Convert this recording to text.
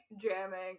jamming